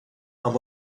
amb